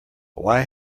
why